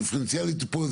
דיפרנציאלית פה,